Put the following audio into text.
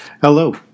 Hello